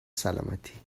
سالمتی